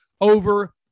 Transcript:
over